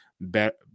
Better